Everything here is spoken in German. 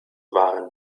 waren